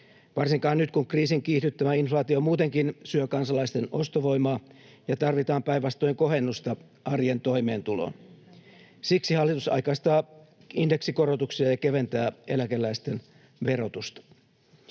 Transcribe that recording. varsinkaan nyt, kun kriisin kiihdyttämä inflaatio muutenkin syö kansalaisten ostovoimaa ja tarvitaan päinvastoin kohennusta arjen toimeentuloon. Siksi hallitus aikaistaa indeksikorotuksia ja keventää eläkeläisten verotusta.